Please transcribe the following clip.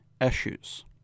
Issues